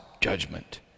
judgment